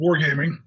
wargaming